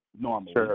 normally